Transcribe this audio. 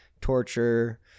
Torture